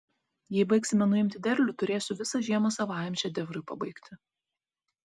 jei baigsime nuimti derlių turėsiu visą žiemą savajam šedevrui pabaigti